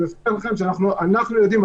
אני מבטיח לכם שאנחנו יודעים,